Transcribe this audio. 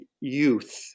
youth